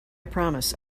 promise